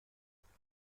اضافه